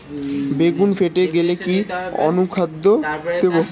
বেগুন ফেটে গেলে কি অনুখাদ্য দেবো?